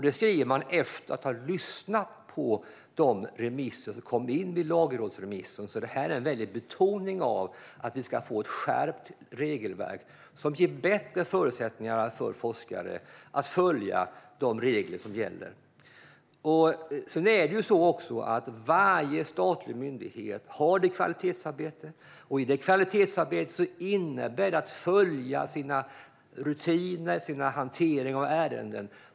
Det säger man efter att ha lyssnat på de remisser som kom in i lagrådsremissen, så det här är en tydlig betoning av att vi ska få ett skärpt regelverk som ger bättre förutsättningar för forskare att följa de regler som gäller. Varje statlig myndighet har också ett kvalitetsarbete som innebär att de följer upp sina rutiner och sin hantering av ärenden.